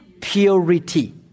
purity